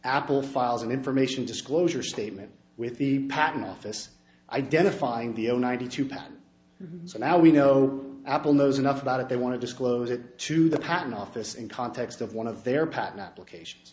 apple files an information disclosure statement with the patent office identifying the own ninety two so now we know apple knows enough about it they want to disclose it to the patent office in context of one of their patent applications